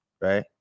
right